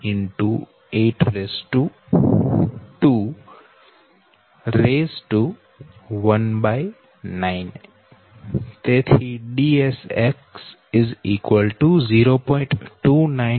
294 m Dsy Da'a'